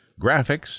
graphics